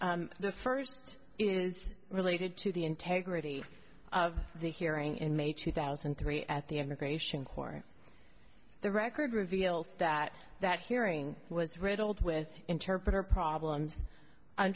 issues the first is related to the integrity of the hearing in may two thousand and three at the immigration court the record reveals that that hearing was riddled with interpreter problem